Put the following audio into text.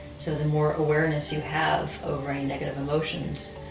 so the more awareness you have over any negative emotions,